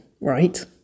right